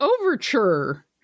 overture